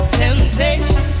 temptation